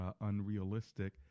unrealistic